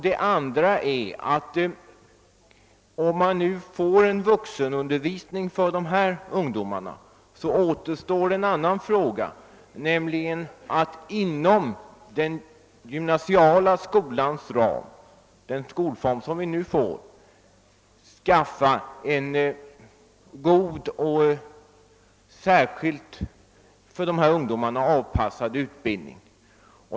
Det andra är att även om man får en vuxenundervisning för dessa ungdomar, så återstår en annan fråga, nämligen att inom gymnasieskolans ram — den skolform som vi nu får — skapa en god och särskilt för dessa ungdomar anpassad utbildning.